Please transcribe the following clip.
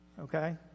okay